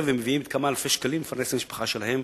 ומביאים כמה אלפי שקלים לפרנס את המשפחה שלהם.